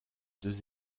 deux